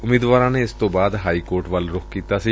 ਉਮੀਦਵਾਰਾਂ ਨੇ ਇਸ ਤੋਂ ਬਾਅਦ ਹਾਈਕੋਰਟ ਵੱਲ ਰੱਖ ਕੀਤਾ ਸੀ